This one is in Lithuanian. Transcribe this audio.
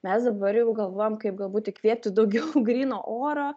mes dabar jau galvojam kaip galbūt įkvėpti daugiau gryno oro